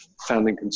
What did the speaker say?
founding